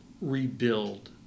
rebuild